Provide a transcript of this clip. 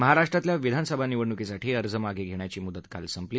महाराष्ट्रातल्या विधानसभा निवडणुकीसाठी अर्ज मागे घेण्याची मुदत काल संपली